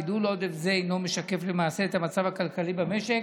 גידול עודף זה אינו משקף למעשה את המצב הכלכלי במשק.